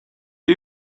are